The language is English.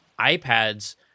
iPads